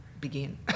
begin